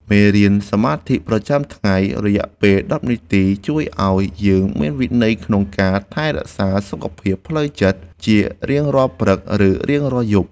មេរៀនសមាធិប្រចាំថ្ងៃរយៈពេលដប់នាទីជួយឱ្យយើងមានវិន័យក្នុងការថែរក្សាសុខភាពផ្លូវចិត្តជារៀងរាល់ព្រឹក ឬ រៀងរាល់យប់។